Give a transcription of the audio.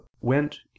went